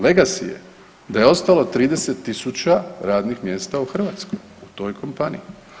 Legacy je da je ostalo 30 000 radnih mjesta u Hrvatskoj, u toj kompaniji.